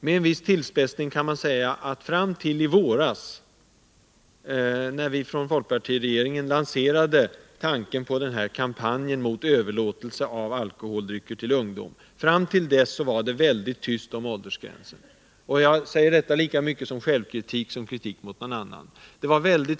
Med en viss tillspetsning kan man säga att det fram till i våras, när folkpartiregeringen lanserade tanken på en kampanj mot överlåtelse av alkoholdrycker till ungdom, var väldigt tyst kring frågan om åldersgränsen — jag säger detta med lika mycket självkritik som kritik mot någon annan.